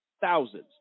thousands